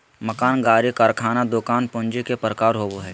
मकान, गाड़ी, कारखाना, दुकान पूंजी के प्रकार होबो हइ